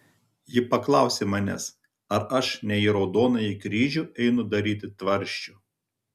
ji paklausė manęs ar aš ne į raudonąjį kryžių einu daryti tvarsčių